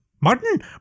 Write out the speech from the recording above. Martin